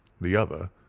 the other,